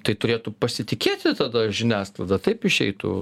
tai turėtų pasitikėti tada žiniasklaida taip išeitų